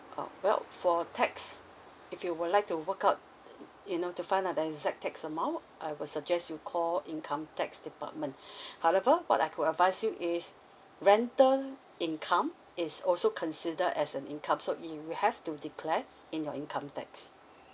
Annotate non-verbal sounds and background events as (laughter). uh well for tax if you would like to work out (noise) you know to find out the exact tax amount I will suggest you call income tax department however what I could advise you is rental income is also considered as an income so it you have to declare in your income tax